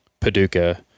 Paducah